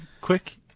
quick